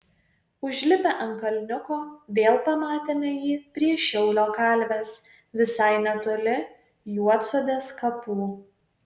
užlipę ant kalniuko vėl pamatėme jį prie šiaulio kalvės visai netoli juodsodės kapų